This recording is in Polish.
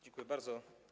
Dziękuję bardzo.